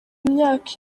myaka